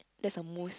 that's a moose